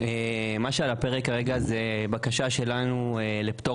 מה שעל הפרק כרגע זו בקשה שלנו לפטור